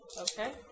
Okay